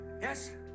Yes